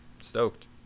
Stoked